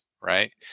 right